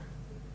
כן.